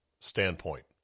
standpoint